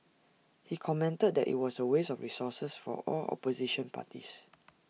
he commented that IT was A waste of resources for all opposition parties